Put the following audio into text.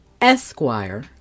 Esquire